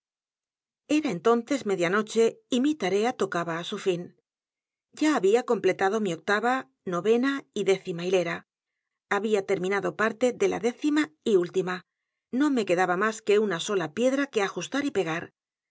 a entonces media noche y mi tarea tocaba á su fin ya había completado mi octava novena y décima hilera había terminado parte de la décima y última no me quedaba más que una sola piedra que ajustar y pegar